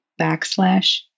backslash